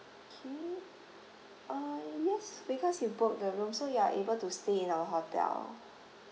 K uh yes because you booked the room so you are able to stay in our hotel